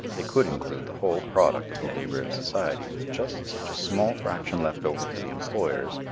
they could include the whole product of the labor of society with just such a small fraction left over for the employers,